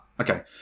okay